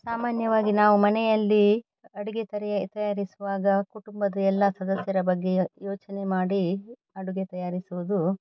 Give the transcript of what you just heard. ಸಾಮಾನ್ಯವಾಗಿ ನಾವು ಮನೆಯಲ್ಲಿ ಅಡುಗೆ ತರಿ ತಯಾರಿಸುವಾಗ ಕುಟುಂಬದ ಎಲ್ಲ ಸದಸ್ಯರ ಬಗ್ಗೆ ಯೋಚನೆ ಮಾಡಿ ಅಡುಗೆ ತಯಾರಿಸುವುದು